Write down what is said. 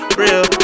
real